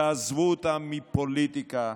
תעזבו אותם מפוליטיקה.